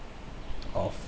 of